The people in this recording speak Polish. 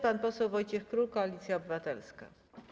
Pan poseł Wojciech Król, Koalicja Obywatelska.